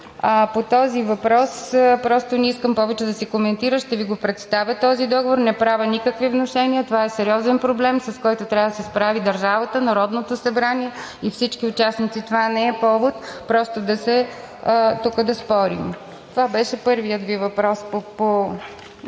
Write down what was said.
По този въпрос просто не искам повече да се коментира. Ще Ви го представя този договор. Не правя никакви внушения. Това е сериозен проблем, с който трябва да се справи държавата, Народното събрание и всички участници. Това не е повод просто тук да спорим. Това беше първият Ви въпрос.